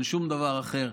אין שום דבר אחר.